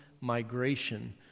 migration